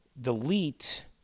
delete